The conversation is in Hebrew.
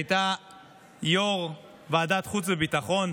שהייתה יו"ר ועדת חוץ וביטחון,